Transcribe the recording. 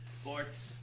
Sports